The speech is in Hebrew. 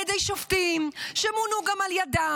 על ידי שופטים שמונו גם על ידם,